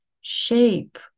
shape